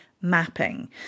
mapping